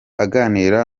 aganira